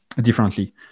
differently